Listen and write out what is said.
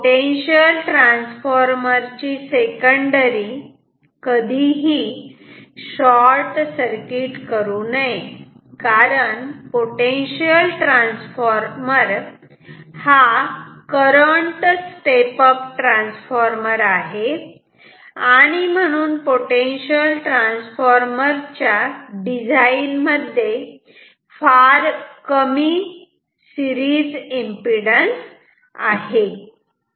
म्हणून potential transformer ची secondary कधीही ही शॉर्टसर्किट करू नये कारण पोटेन्शियल ट्रान्सफॉर्मर हा करंट स्टेप अप ट्रान्सफॉर्मर आहे आणि म्हणून पोटेन्शियल ट्रांसफार्मर च्या डिझाइन मध्ये फार कमी सिरीज एम्पिडन्स आहे